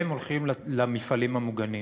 והם הולכים למפעלים המוגנים.